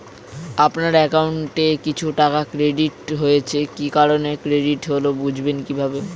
আপনার অ্যাকাউন্ট এ কিছু টাকা ক্রেডিট হয়েছে কি কারণে ক্রেডিট হল বুঝবেন কিভাবে?